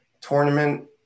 tournament